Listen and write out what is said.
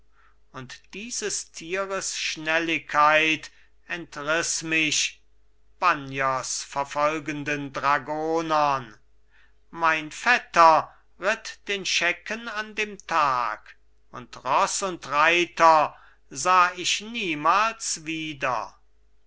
und dieses tieres schnelligkeit entriß mich banniers verfolgenden dragonern mein vetter ritt den schecken an dem tag und roß und reiter sah ich niemals wieder